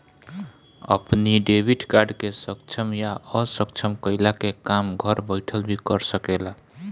अपनी debit card के सक्षम या असक्षम कईला के काम घर बैठल भी कर सकेला